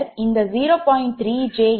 3j j0